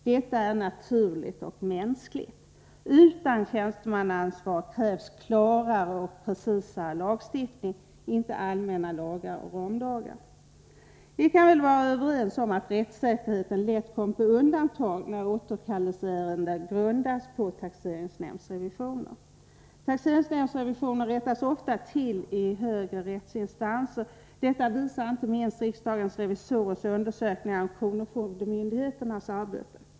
Detta är naturligt och mänskligt. Utan tjänstemannaansvar krävs klarare och precisare lagstiftning, inte allmänna lagar och ramlagar. Vi kan väl vara överens om att rättssäkerheten lätt kommer på undantag när återkallelseärenden grundas på taxeringsnämndsrevisioner. Taxeringsnämndsrevisioner rättas ofta till i högre rättsinstanser. Detta visar inte minst riksdagens revisorers undersökningar av kronofogdemyndigheternas arbete.